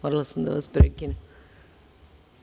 Morala sam da vas prekinem.